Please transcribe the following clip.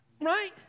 right